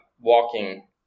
walking